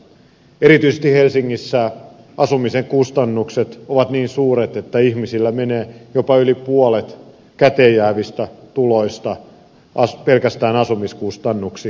erityisesti helsingissä asumisen kustannukset ovat niin suuret että ihmisillä menee jopa yli puolet käteenjäävistä tuloista pelkästään asumiskustannuksiin